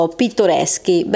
pittoreschi